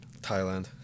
thailand